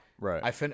Right